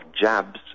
Jabs